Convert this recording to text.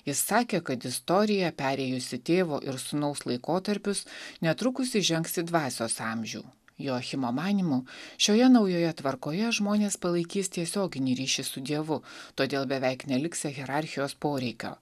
jis sakė kad istorija perėjusi tėvo ir sūnaus laikotarpius netrukus įžengs į dvasios amžių joachimo manymu šioje naujoje tvarkoje žmonės palaikys tiesioginį ryšį su dievu todėl beveik neliksią hierarchijos poreikio